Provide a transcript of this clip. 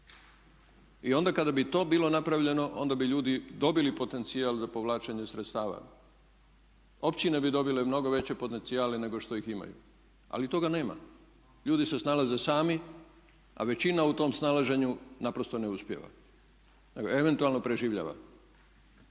I onda kada bi to bilo napravljeno onda bi ljudi dobili potencijal za povlačenje sredstava. Općine bi dobile mnogo veće potencijale nego što ih imaju ali toga nema. Ljudi se snalaze sami a većina u tom snalaženju naprosto ne uspijeva nego eventualno preživljava.